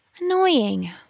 Annoying